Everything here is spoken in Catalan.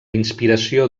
inspiració